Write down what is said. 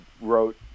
wrote